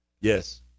Yes